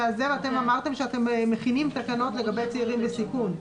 הזה ואתם אמרתם שאתם מכירים תקנות לגבי צעירים בסיכון.